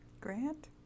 Grant